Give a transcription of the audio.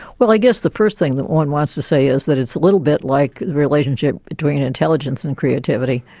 well i guess the first thing that one wants to say is that it's a little bit like the relationship between intelligence and creativity.